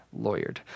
lawyered